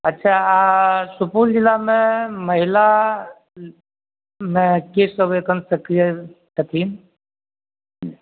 अच्छा आ सुपौल जिला मे महिला मे के सब एखन सक्रीय छथीन